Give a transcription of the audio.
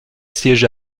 siège